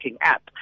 app